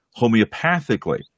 homeopathically